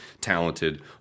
talented